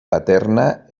paterna